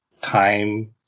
time